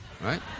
right